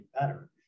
better